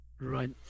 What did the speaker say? Right